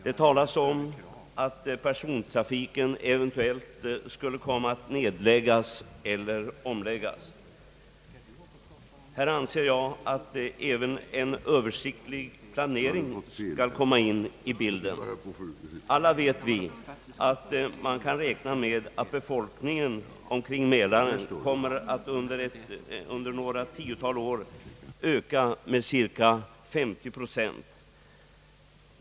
Det talas om att persontrafiken eventuellt skulle komma att nedläggas eller omläggas. Här anser jag att även en översiktlig planering skall komma in i bilden. Alla vet vi att man kan räkna med att befolkningen i mälarområdet inom några tiotal år kommer att öka med cirka 50 procent.